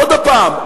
עוד פעם,